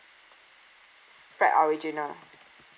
fried original